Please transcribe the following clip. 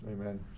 Amen